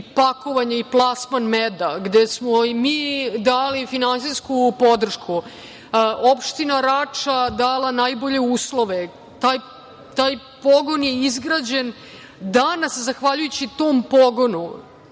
pakovanje i plasman meda, gde smo i mi dali finansijsku podršku. Opština Rača dala je najbolje uslove. Taj pogon je izgrađen danas. Zahvaljujući tom pogonu,